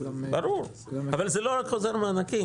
ברור, אבל זה לא חוזר מענקים.